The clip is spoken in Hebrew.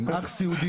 עם אח סיעודי,